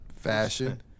Fashion